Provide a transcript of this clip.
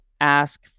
ask